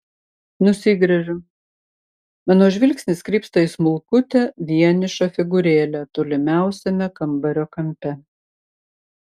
nusigręžiu mano žvilgsnis krypsta į smulkutę vienišą figūrėlę toliausiame kambario kampe